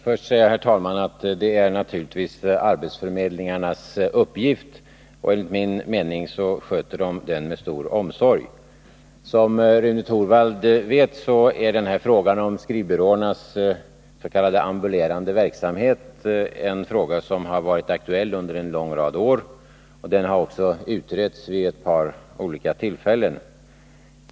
Herr talman! Låt mig först säga att det är naturligtvis arbetsförmedlingarnas uppgift att förmedla jobb, och enligt min mening sköter de den uppgiften med stor omsorg. Som Rune Torwald vet har frågan om skrivbyråernas ambulerande verksamhet varit aktuell under en lång rad år. Den har också utretts vid ett par olika tillfällen.